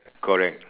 correct